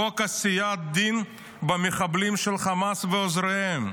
חוק עשיית דין במחבלים של חמאס ועוזריהם.